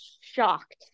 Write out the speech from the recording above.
shocked